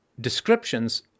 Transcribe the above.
descriptions